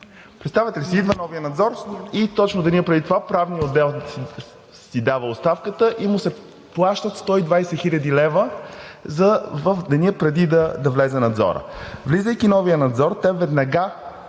Представяте ли си, идва новият надзор и точно в деня преди това Правният отдел си дава оставката и му се плащат 120 хил. лв. в деня преди да влезе Надзорът. Влизайки новият Надзор, те веднага